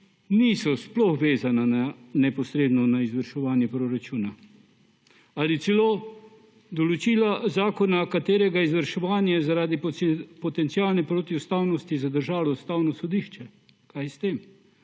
niso vezana neposredno na izvrševanje proračuna, ali celo določila zakona, katerega izvrševanje zaradi potencialne protiustavnosti je zadržalo Ustavno sodišče? Kaj s tem?